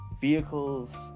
vehicles